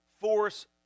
force